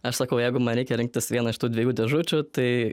aš sakau jeigu man reikia rinktis vieną iš tų dviejų dėžučių tai